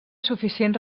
suficient